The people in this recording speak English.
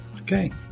Okay